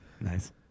Nice